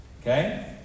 okay